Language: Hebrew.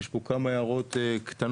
יש פה כמה הערות קטנות,